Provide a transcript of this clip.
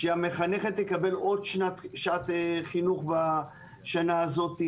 שהמחנכת תקבל עוד שעת חינוך בשנה הזאת,